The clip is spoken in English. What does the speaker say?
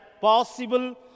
possible